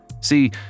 See